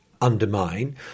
undermine